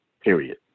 period